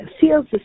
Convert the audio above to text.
feels